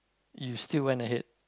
you still went ahead